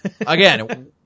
Again